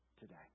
today